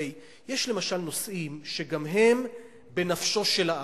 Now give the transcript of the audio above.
הרי יש נושאים שגם הם בנפשו של העם.